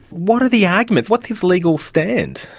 what are the arguments? what is his legal stand?